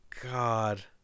God